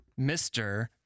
Mr